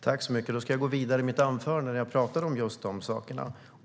Fru talman! I mitt anförande talade jag om just dessa saker.